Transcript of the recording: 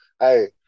hey